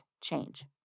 change